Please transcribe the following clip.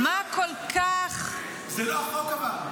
-- מה כל כך -- זה לא החוק, אבל,